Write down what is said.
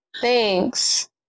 thanks